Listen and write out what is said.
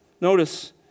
Notice